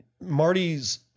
Marty's